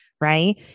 right